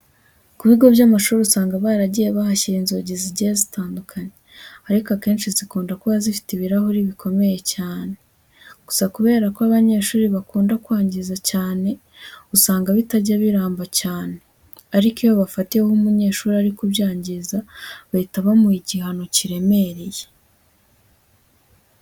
Ku bigo by'amashuri usanga baragiye bahashyira inzugi zigiye zitandukanye ariko akenshi zikunda kuba zifite ibirahuri bikomeye cyane. Gusa kubera ko abanyeshuri bakunda kwangiza cyane usanga bitajya biramba cyane ariko iyo bafatiyeho umunyeshuri ari kubyangiza bahita bamuha igihano kiremereye.